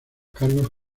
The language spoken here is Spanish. cargos